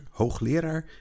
hoogleraar